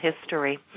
history